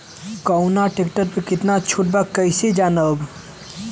कवना ट्रेक्टर पर कितना छूट बा कैसे जानब?